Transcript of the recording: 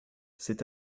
c’est